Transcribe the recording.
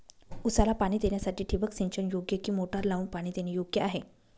ऊसाला पाणी देण्यासाठी ठिबक सिंचन योग्य कि मोटर लावून पाणी देणे योग्य आहे?